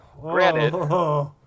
granted